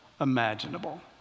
imaginable